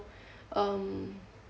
um